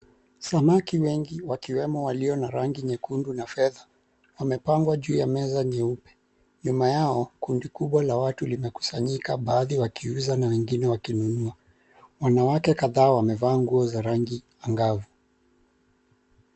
Samaki wengi wakiwemo walio na rangi nyekundu na fedha wamepangwa juu ya meza nyeupe. Nyuma yao kundi kubwa la watu limekusanyika baadhi wakiuza na wengine wakinunua. Wanawake kadhaa wamevaa nguo za rangi angavu.